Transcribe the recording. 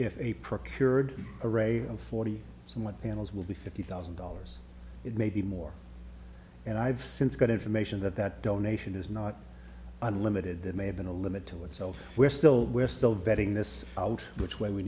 they procured a rail forty someone panels will be fifty thousand dollars maybe more and i've since got information that that donation is not unlimited that may have been a limit to itself we're still we're still betting this out which way we